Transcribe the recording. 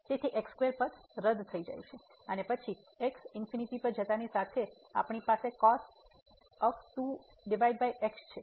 તેથી પદ રદ થઈ જાય છે અને પછી x પર જતાની સાથે આપણી પાસે અહીં છે